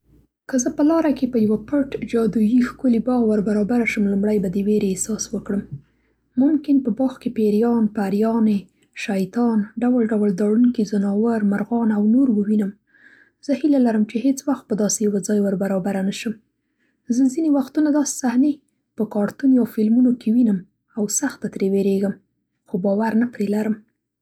که زه په لاره کې په یوه پټ جادویي ښکلي باغ ور برابره شم لومړی به د وېرې احساس وکړم. ممکن په باغ کې پېریان، پریانې، شیطان، ډول ډول ډاروونکي ځناور، مرغان او نور ووینم. زه هیله لرم چې هېڅ وخت په داسې یوه ځای ور برابره نه شم. زه ځینې وختونه داسې صحنې په کارتون یا فلمونو کې وینم او سخته ترې وېرېږم، خو باور نه پرې لرم.